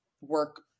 work